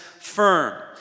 firm